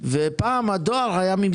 אה, איתך דיברתי.